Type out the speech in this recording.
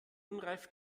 unreif